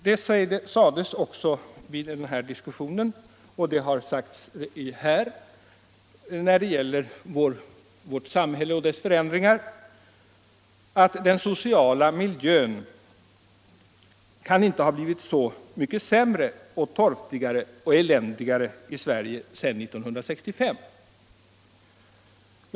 Om vårt samhälle och dess förändring sades det vid den diskussionen - och det har även sagts här i dag — att den sociala miljön i Sverige inte kan ha blivit så mycket torftigare och eländigare sedan 1965.